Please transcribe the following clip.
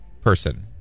person